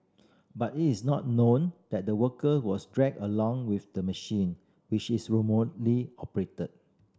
but it is not known that the worker was dragged along with the machine which is remotely operated